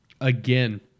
again